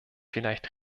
vielleicht